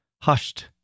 hushed